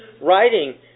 writing